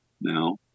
now